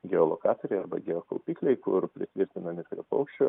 geolokatoriai arba geokaupikliai kur pritvirtinami prie paukščio